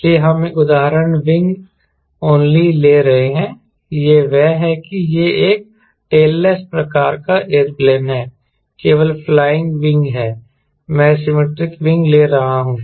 इसलिए हम एक उदाहरण विंग ओनली ले रहे हैं वह यह है कि यह एक टेललेस प्रकार का एयरप्लेन है केवल फ्लाइंग विंग है मैं सिमिट्रिक विंग ले रहा हूं